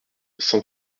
cent